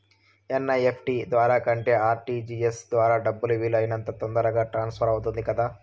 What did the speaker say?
NEFT ద్వారా కంటే RTGS ద్వారా డబ్బు వీలు అయినంత తొందరగా ట్రాన్స్ఫర్ అవుతుంది కదా